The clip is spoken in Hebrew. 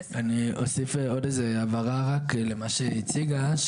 אני אוסיף עוד איזה הבהרה למה שהציגה,